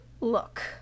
Look